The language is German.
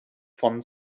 von